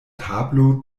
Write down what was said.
tablo